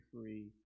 free